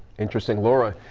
interesting. laura,